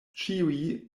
ĉiuj